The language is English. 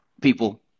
people